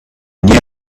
new